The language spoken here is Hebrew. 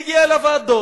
מגיע לוועדות,